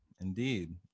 Indeed